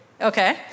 okay